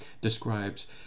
describes